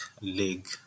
leg